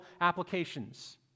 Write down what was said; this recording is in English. applications